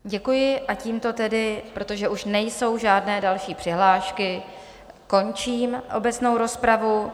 Děkuji a tímto tedy, protože už nejsou žádné další přihlášky, končím obecnou rozpravu.